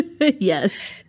Yes